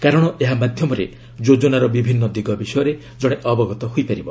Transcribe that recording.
କାରଣ ଏହା ମାଧ୍ୟମରେ ଯୋଜନାର ବିଭିନ୍ନ ଦିଗ ବିଷୟରେ ଜଣେ ଅବଗତ ହୋଇପାରିବ